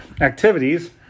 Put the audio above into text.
activities